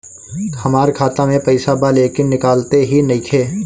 हमार खाता मे पईसा बा लेकिन निकालते ही नईखे?